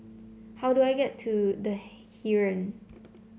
how do I get to The Heeren